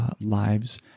lives